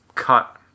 cut